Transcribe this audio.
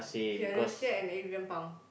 Fiona-Xie and Adrian-Pang